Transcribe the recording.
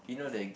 you know like